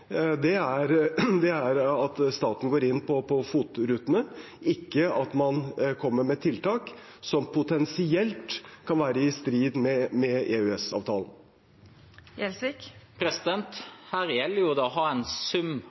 er, som jeg har vært inne på, at staten går inn på FOT-rutene, ikke at man kommer med tiltak som potensielt kan være i strid med EØS-avtalen. Her gjelder det å ha en sum